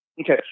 Okay